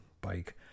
bike